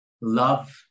love